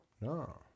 No